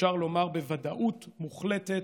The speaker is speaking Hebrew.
אפשר לומר בוודאות מוחלטת: